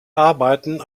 arbeiten